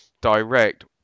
direct